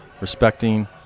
respecting